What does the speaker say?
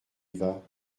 vas